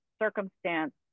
circumstance